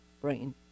brain